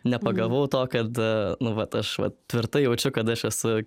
nepagavau to kad nu vat aš vat tvirtai jaučiu kad aš esu